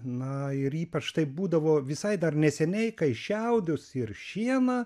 na ir ypač tai būdavo visai dar neseniai kai šiaudus ir šieną